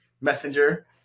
Messenger